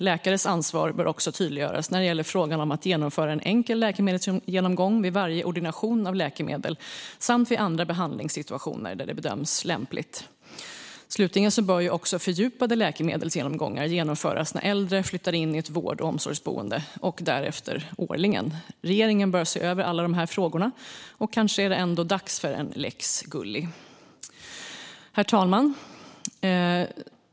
Läkares ansvar bör också tydliggöras när det gäller frågan om att genomföra en enkel läkemedelsgenomgång vid varje ordination av läkemedel samt vid andra behandlingssituationer där det bedöms lämpligt. Slutligen bör fördjupade läkemedelsgenomgångar genomföras när äldre flyttar in i ett vård och omsorgsboende och därefter årligen. Regeringen bör se över alla dessa frågor. Kanske är det ändå dags för en lex Gulli. Herr talman!